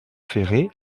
ferrée